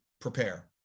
prepare